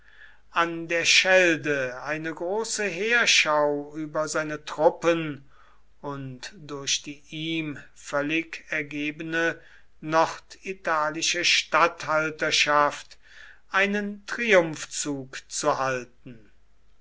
an der schelde eine große heerschau über seine truppen und durch die ihm völlig ergebene norditalische statthalterschaft einen triumphzug zu halten